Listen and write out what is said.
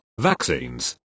vaccines